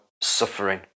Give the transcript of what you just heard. suffering